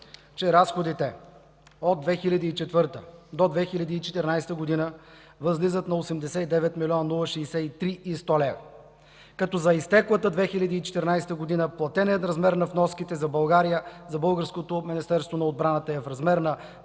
че разходите от 2004 до 2014 г. възлизат на 89 млн. 063 хил. 100 лв., като за изтеклата 2014 г. платеният размер на вноските за България, за българското Министерство на отбраната е в размер на